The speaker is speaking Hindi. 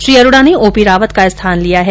श्री अरोडा ने ओपी रावत का स्थान लिया है